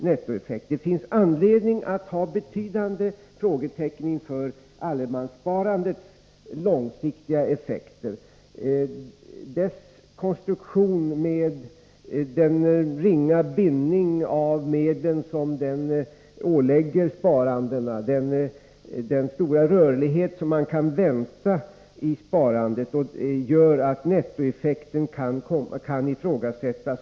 Däremot finns det anledning att sätta ett stort frågetecken inför allemanssparandets långsiktiga effekter. Dess konstruktion med den ringa bindning av medel som den ålägger spararna och den stora rörlighet som man kan vänta i sparandet gör att nettoeffekten kan ifrågasättas.